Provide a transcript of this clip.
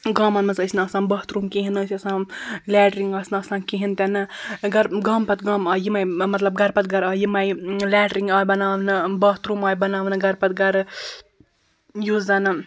گامَن منٛز ٲسۍ نہٕ آسان باتھروم کِہینۍ نہٕ ٲسۍ آسان لیٹرِن ٲسۍ نہٕ آسان کِہینۍ تِنہٕ گَر گامہٕ پَتہٕ گامہٕ آیہِ یِمٔے مطلب گَر پتہٕ گَرٕ آیہِ یِمٔے لیٹرن آیہِ بناونہٕ باتھروم آیہِ بناونہٕ گَرٕ پَتہٕ گَرٕ یُس زَنہٕ